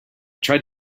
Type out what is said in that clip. tried